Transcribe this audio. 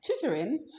Tutoring